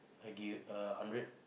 I give a hundred